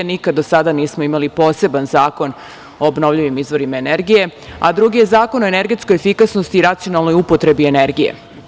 Nikada do sada nismo imali poseban zakon o obnovljivim izvorima energije, a drugi je zakon o energetskoj efikasnosti i racionalnoj upotrebi energije.